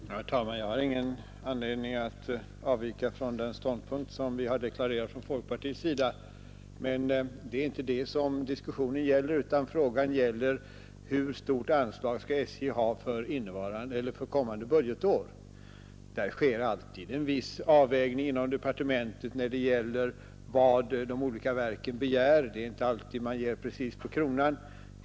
Herr talman! Jag har ingen anledning att avvika från den ståndpunkt 72. 1. vi har deklarerat från folkpartiets sida. Men det är inte det diskussionen gäller, utan frågan är hur stort anslag SJ skall ha för kommande budgetår. Det sker alltid en viss avvägning inom departementet när det gäller vad de olika verken begär. Det är inte alltid man ger precis på kronan vad ett verk begärt.